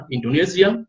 Indonesia